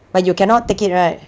but you cannot take it [right]